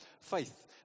faith